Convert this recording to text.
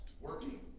Working